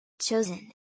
Chosen